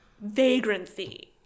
Vagrancy